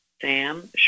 Sam